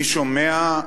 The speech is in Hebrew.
אני שומע,